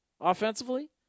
offensively